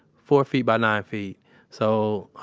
four feet by nine feet so,